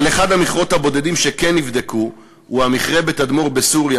אבל אחד המכרות הבודדים שכן נבדקו הוא המכרה בתדמור בסוריה,